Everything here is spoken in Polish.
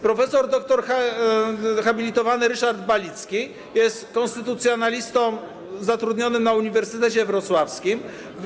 Prof. dr hab. Ryszard Balicki jest konstytucjonalistą zatrudnionym na Uniwersytecie Wrocławskim.